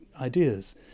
ideas